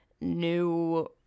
new